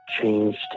changed